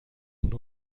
nur